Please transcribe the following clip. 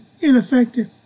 ineffective